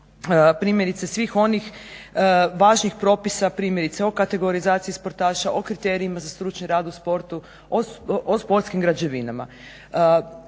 primjerice svih onih važnih propisa, primjerice o kategorizaciji sportaša, o kriterijima za stručni rad u sportu, o sportskim građevinama.